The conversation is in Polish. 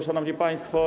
Szanowni Państwo!